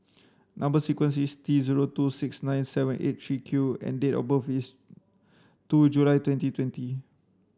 number sequence is T zero two six nine seven eight three Q and date of birth is two July twenty twenty